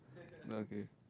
okay